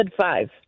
five